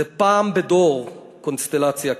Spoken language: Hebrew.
זה פעם בדור, קונסטלציה כזאת.